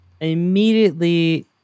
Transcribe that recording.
immediately